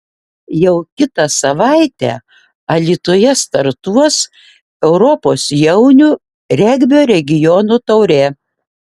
jau kitą savaitę alytuje startuos europos jaunių regbio regionų taurė